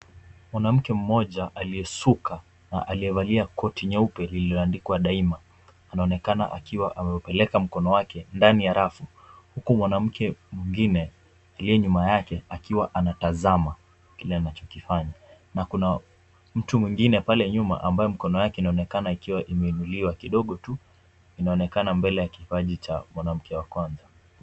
Mwanamke mmoja aliyesuka, aliyevalia koti jeupe lililoandikwa Daima, anaonekana akiwa amepeleka mkono wake ndani ya rafu, huku mwanamke mwengine aliye nyuma yake, akiwa anatazama kile anacho kifanya, na kuna mtu mwingine pale nyuma ambaye mkono wake inaonekana imeinuliwa kidogo tu, inaonekana mbele ya kipaji cha mwanamke wa kwanza.